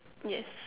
yes